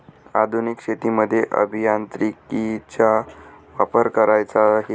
आधुनिक शेतीमध्ये अभियांत्रिकीचा वापर करायचा आहे